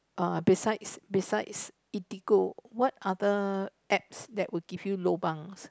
uh besides besides eatigo go what other apps would give you lobang